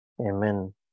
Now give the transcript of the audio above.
Amen